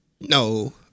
No